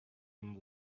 and